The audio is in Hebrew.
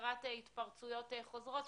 לקראת התפרצויות חוזרות,